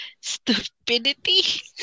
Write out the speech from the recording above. stupidity